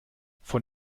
von